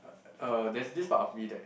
uh there's this part of me that